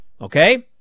okay